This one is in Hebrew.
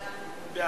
סעיפים 1 2